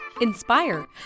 inspire